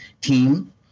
team